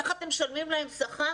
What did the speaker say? איך אתם משלמים להם שכר,